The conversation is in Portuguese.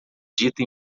dita